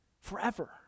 forever